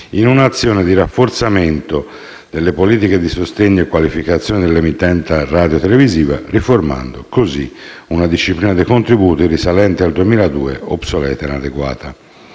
in un'azione di rafforzamento delle politiche di sostegno e di qualificazione dell'emittenza radiotelevisiva, riformando così una disciplina dei contributi risalente al 2002, ormai obsoleta e inadeguata.